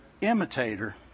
imitator